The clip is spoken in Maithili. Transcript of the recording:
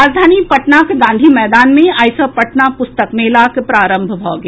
राजधानी पटनाक गांधी मैदान मे आइ सँ पटना पुस्तक मेलाक आरंभ भऽ गेल